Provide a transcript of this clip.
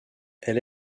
elle